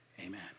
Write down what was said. Amen